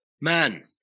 Man